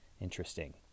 interesting